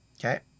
Okay